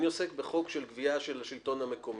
אני היום עוסק בחוק של גבייה של השלטון המקומי,